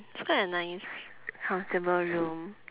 it's quite a nice comfortable room